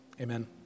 Amen